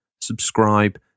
subscribe